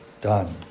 done